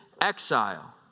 exile